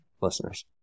listeners